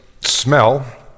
smell